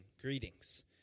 greetings